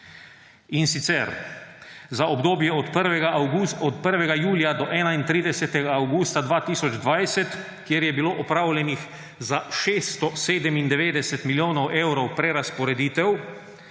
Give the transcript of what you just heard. in sicer za obdobje od 1. julija do 31. avgusta 2020, kjer je bilo opravljenih za 697 milijonov evrov prerazporeditev,